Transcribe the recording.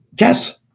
Yes